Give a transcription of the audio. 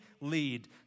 lead